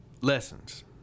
Lessons